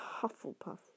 Hufflepuff